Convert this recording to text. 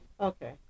Okay